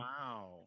Wow